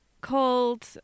called